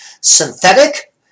Synthetic